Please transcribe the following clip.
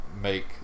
make